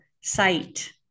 sight